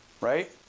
right